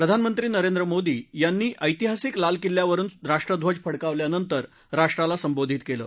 प्रधानमंत्री नरेंद्र मोदी यांनी ऐतिहासिक लालकिल्ल्यावरुन राष्ट्रध्वज फडकावल्यानंतर राष्ट्राला संबोधित केलं